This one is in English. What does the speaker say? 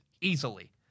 easily